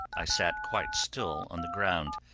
i sat quite still on the ground,